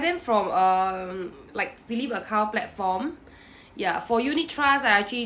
them from um like philip account platform ya for unit trust I actually